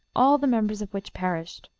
all the members of which perished.